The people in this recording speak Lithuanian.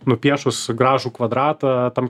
nupiešus gražų kvadratą tam